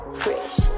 fresh